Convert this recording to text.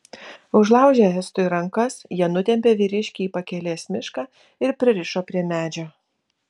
užlaužę estui rankas jie nutempė vyriškį į pakelės mišką ir pririšo prie medžio